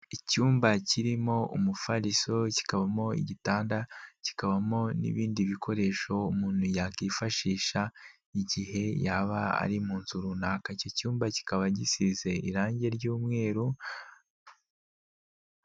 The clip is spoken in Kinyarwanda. Icyumba kirimo umufariso, kikabamo igitanda, kikabamo n'ibindi bikoresho umuntu yakwifashisha igihe yaba ari mu nzu runaka, iki cyumba kikaba gisize irangi ry'umweru.